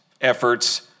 efforts